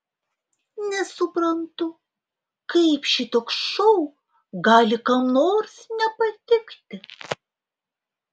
nesuprantu kaip šitoks šou gali kam nors nepatikti